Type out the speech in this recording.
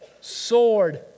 sword